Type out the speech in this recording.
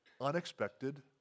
unexpected